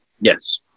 Yes